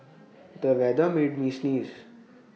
the weather made me sneeze